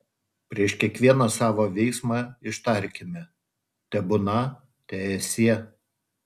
prieš kiekvieną savo veiksmą ištarkime tebūna teesie